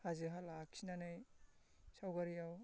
हाजो हाला आखिनानै सावगारियाव